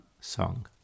song